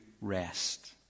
rest